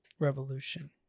Revolution